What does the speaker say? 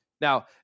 Now